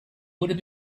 would